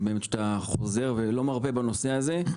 על כך שאתה חוזר ולא מרפה בנושא הזה.